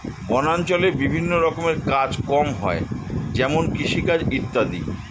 বনাঞ্চলে বিভিন্ন রকমের কাজ কম হয় যেমন কৃষিকাজ ইত্যাদি